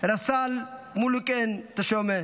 רס"ל מולוקן טשומה,